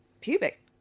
pubic